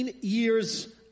years